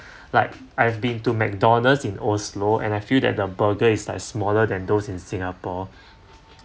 like I've been to McDonald's in oslo and I feel that the burger is like smaller than those in singapore